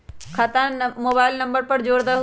खाता में mobile number जोड़ दहु?